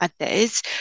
others